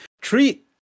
treat